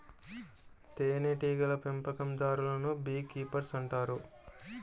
తేనెటీగల పెంపకందారులను bee keepers అంటారు